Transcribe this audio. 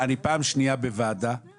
בין